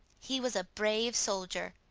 he was a brave soldier,